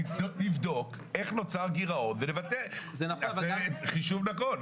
נבדוק איך נוצר גירעון ונעשה חישוב נכון.